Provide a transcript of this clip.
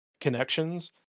connections